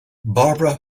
barbara